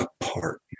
apart